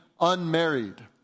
unmarried